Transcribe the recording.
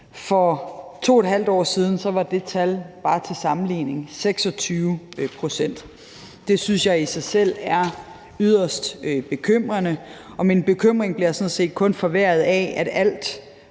Bare til sammenligning var det tal for 2½ år siden 26 pct. Det synes jeg i sig selv er yderst bekymrende, og min bekymring bliver sådan set kun forværret af, at alt